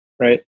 right